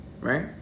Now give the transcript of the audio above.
Right